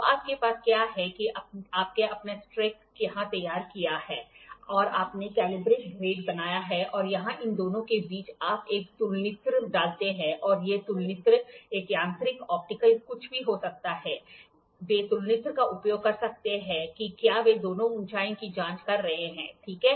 तो आपके पास क्या है कि आपने अपना स्टैक यहां तैयार किया है और आपने कैलिब्रेटेड ग्रेड बनाया है और यहां इन दोनों के बीच आप एक तुलनित्र डालते हैं और ये तुलनित्र एक यांत्रिक ऑप्टिकल कुछ भी हो सकता है वे तुलनित्र का उपयोग कर सकते हैं कि क्या वे दोनों ऊंचाइयों की जांच कर रहे हैं ठीक है